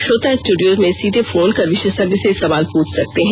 श्रोता स्टूडियो में सीधे फोन कर विशेषज्ञ से सवाल पूछ सकते हैं